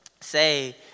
say